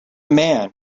man